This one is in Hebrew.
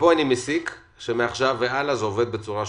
מזה אני מסיק שמעכשיו והלאה זה יעבוד בצורה שוטפת.